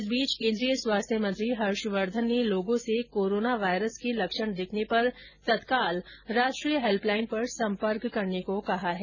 इस बीच केन्द्रीय स्वास्थ्य मंत्री हर्षवर्द्वन ने लोगों से कोरोना वायरस के लक्षण दिखने पर तत्काल राष्ट्रीय हैल्पलाईन पर सम्पर्क करने को कहा है